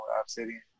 Obsidian